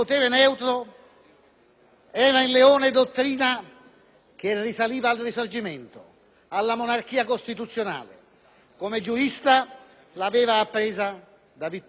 era in Leone dottrina che risaliva al Risorgimento, alla monarchia costituzionale. Come giurista l'aveva appresa da Vittorio Emanuele Orlando,